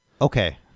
Okay